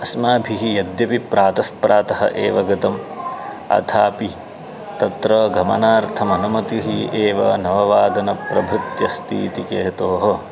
अस्माभिः यद्यपि प्रातः प्रातः एव गतम् अथापि तत्र गमनार्थम् अनुमतिः एव नववादन प्रभृत्यस्ति इति हेतोः